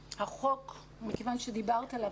מכיוון שדיברת על החוק,